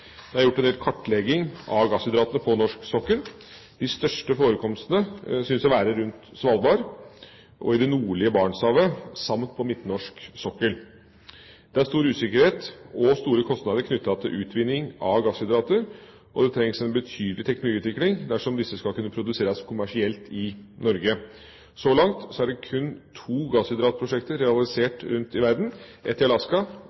Det er gjort en del kartlegging av gasshydratene på norsk sokkel. De største forekomstene synes å være rundt Svalbard, og i det nordlige Barentshavet samt på midtnorsk sokkel. Det er stor usikkerhet og store kostnader knyttet til utvinning av gasshydrater, og det trengs en betydelig teknologiutvikling dersom disse skal kunne produseres kommersielt i Norge. Så langt er kun to gasshydratprosjekter